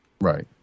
right